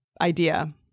idea